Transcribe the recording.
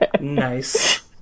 Nice